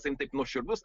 sakykim taip nuoširdus